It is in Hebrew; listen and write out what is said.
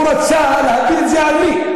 הוא רצה להפיל את זה על מי?